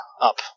up